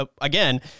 Again